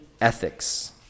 ethics